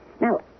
Now